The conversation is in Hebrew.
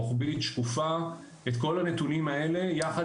רוחבית ושקופה את כל הנתונים האלה יחד